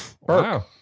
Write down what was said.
Wow